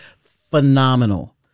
phenomenal